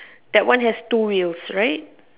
that one has two use right